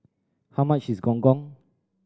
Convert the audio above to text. how much is Gong Gong